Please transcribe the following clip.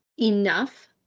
Enough